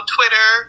Twitter